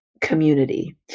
community